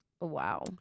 wow